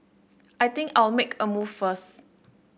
I think I'll make a move first